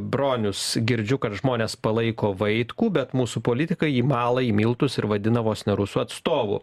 bronius girdžiu kad žmonės palaiko vaitkų bet mūsų politikai jį mala į miltus ir vadina vos ne rusų atstovu